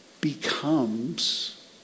becomes